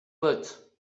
botte